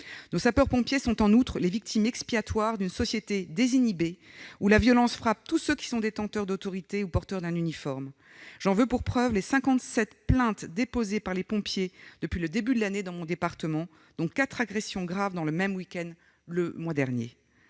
Nos sapeurs-pompiers sont en outre les victimes expiatoires d'une société désinhibée, où la violence frappe tous ceux qui sont détenteurs d'autorité ou porteurs d'un uniforme. J'en veux pour preuve les 57 plaintes déposées par les pompiers depuis le début de l'année dans mon département, dont 4 pour des agressions graves le même week-end le mois dernier.